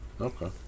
Okay